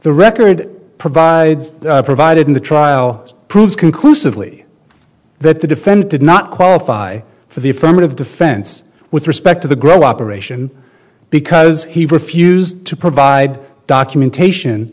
the record provides provided in the trial proves conclusively that the defendant did not qualify for the affirmative defense with respect to the grove operation because he refused to provide documentation